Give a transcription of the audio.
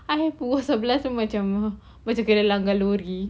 I pukul sebelas pun macam macam kena langgar lori